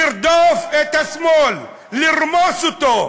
לרדוף את השמאל, לרמוס אותו.